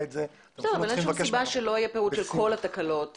אין שום סיבה שלא יהיה פירוט של כל התקלות.